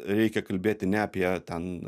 reikia kalbėti ne apie ten